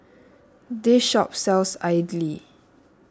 this shop sells idly